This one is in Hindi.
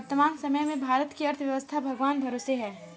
वर्तमान समय में भारत की अर्थव्यस्था भगवान भरोसे है